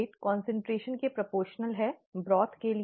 दर concentration के आनुपातिक है ठीक हैब्रॉथ के लिए